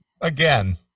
again